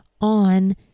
on